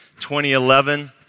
2011